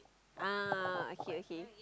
ah okay okay